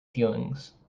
feelings